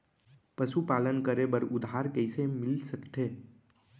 पशुपालन करे बर उधार कइसे मिलिस सकथे?